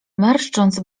marszcząc